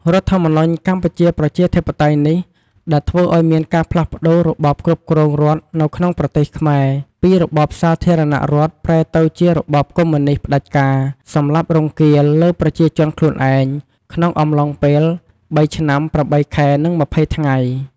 រដ្ឋធម្មនុញ្ញ កម្ពុជាប្រជាធិបតេយ្យនេះ ដែលធ្វើឲ្យមានការផ្លាសស់ប្តូររបបគ្រប់គ្រងរដ្ឋនៅក្នុងប្រទេសខ្មែរ ពីរបបសារធារណរដ្ឋ ប្រែទៅជារបសកុម្មុយនីស្តផ្តាច់ការ សម្លាប់រង្គាលលើប្រជាជនខ្លួនឯង ក្នុងអំឡុងពេលបីឆ្នាំ ៨ខែ និង ២០ថ្ងៃ។